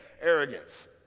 arrogance